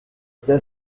sehr